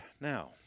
Now